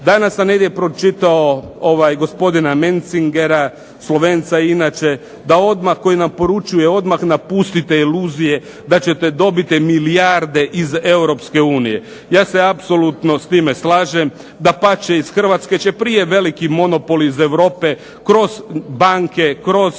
Danas sam negdje pročitao ovoga gospodina Menzingera, Slovenca inače, da odmah koji nam poručuje, odmah napustite iluzije da ćete dobiti milijarde iz Europske unije. Ja se apsolutno s time slažem. Dapače iz Hrvatske će prije veliki monopol iz Europe kroz banke, kroz